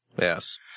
yes